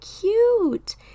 cute